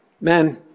men